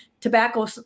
tobacco